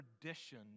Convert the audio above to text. tradition